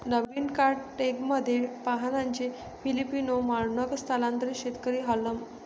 नवीन card डेकमध्ये फाहानचे Filipino मानॉन्ग स्थलांतरित शेतकरी हार्लेम